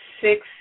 six